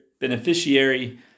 Beneficiary